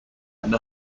and